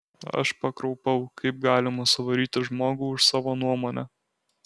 aš pakraupau kaip galima suvaryti žmogų už savo nuomonę